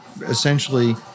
essentially